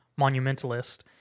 Monumentalist